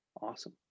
Awesome